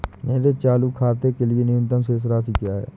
मेरे चालू खाते के लिए न्यूनतम शेष राशि क्या है?